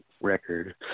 record